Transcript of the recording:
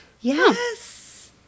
Yes